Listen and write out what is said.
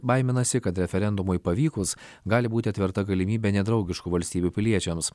baiminasi kad referendumui pavykus gali būti atverta galimybė nedraugiškų valstybių piliečiams